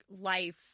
life